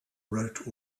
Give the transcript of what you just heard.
wrote